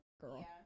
girl